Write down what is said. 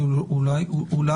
אז אולי ועדת החוקה תפנה?